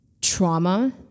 trauma